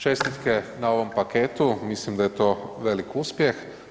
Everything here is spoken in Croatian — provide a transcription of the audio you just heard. Čestitke na ovom paketu, mislim da je to veliki uspjeh.